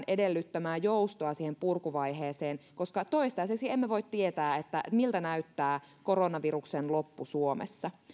edellyttämää joustoa siihen purkuvaiheeseen koska toistaiseksi emme voi tietää miltä näyttää koronaviruksen loppu suomessa